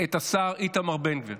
את השר איתמר בן גביר.